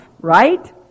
right